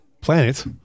planet